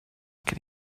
can